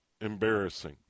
embarrassing